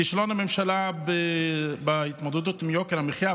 כישלון הממשלה בהתמודדות עם יוקר המחיה,